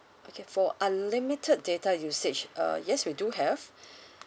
okay for unlimited data usage uh yes we do have